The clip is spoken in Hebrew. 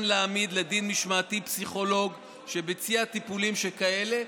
להעמיד לדין משמעתי פסיכולוג שביצע טיפולים שכאלה,